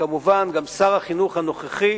וכמובן גם שר החינוך הנוכחי